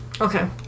Okay